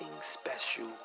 special